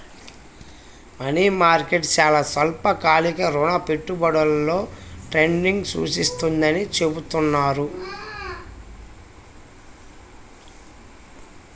money market చాలా స్వల్పకాలిక రుణ పెట్టుబడులలో ట్రేడింగ్ను సూచిస్తుందని చెబుతున్నారు